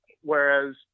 whereas